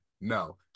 no